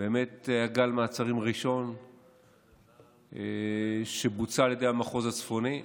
באמת היה גל מעצרים ראשון שבוצע על ידי המחוז הצפוני.